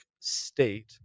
State